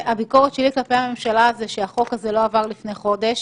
הביקורת שלי כלפי הממשלה היא על כך שהחוק הזה לא עבר כבר לפני חודש.